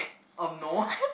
um no